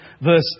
verse